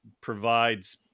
provides